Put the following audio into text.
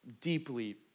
deeply